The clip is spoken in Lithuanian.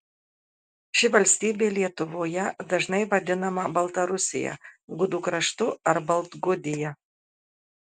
ši valstybė lietuvoje dažnai vadinama baltarusija gudų kraštu ar baltgudija